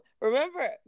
remember